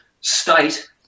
state